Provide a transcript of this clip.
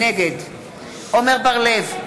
נגד עמר בר-לב,